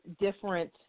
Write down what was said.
different